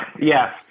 Yes